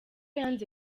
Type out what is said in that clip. yanze